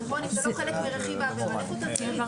אם זה לא חלק מרכיב העבירה, איך תזינו?